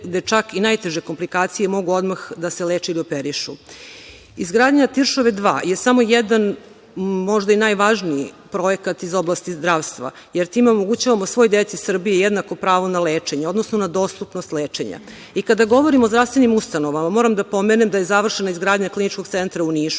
gde čak i najteže komplikacije mogu odmah da se leče i operišu. Izgradnja „Tiršove 2“ je samo jedan i najvažniji možda projekat iz oblasti zdravstva, jer time omogućavamo svoj deci Srbije jednako pravo na lečenje, odnosno na dostupnost lečenja. Kada govorimo o zdravstvenim ustanovama, moram da pomenem da je završena izgradnja KC u Nišu,